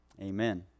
Amen